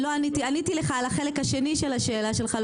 עניתי לך על החלק השני של השאלה שלך ולא